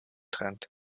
trennt